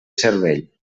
cervell